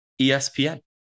ESPN